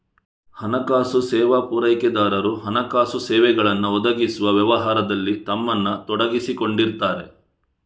ಹಣಕಾಸು ಸೇವಾ ಪೂರೈಕೆದಾರರು ಹಣಕಾಸು ಸೇವೆಗಳನ್ನ ಒದಗಿಸುವ ವ್ಯವಹಾರದಲ್ಲಿ ತಮ್ಮನ್ನ ತೊಡಗಿಸಿಕೊಂಡಿರ್ತಾರೆ